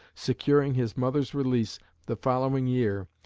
securing his mother's release the following year,